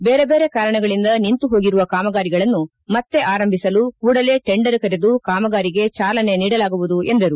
ಬೇರೆ ಬೇರೆ ಕಾರಣಗಳಿಂದ ನಿಂತು ಹೋಗಿರುವ ಕಾಮಗಾರಿಗಳನ್ನು ಮತ್ತೆ ಆರಂಭಿಸಲು ಕೂಡಲೇ ಟೆಂಡರ್ ಕರೆದು ಕಾಮಗಾರಿಗೆ ಚಾಲನೆ ನೀಡಲಾಗುವುದು ಎಂದರು